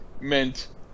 meant